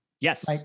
Yes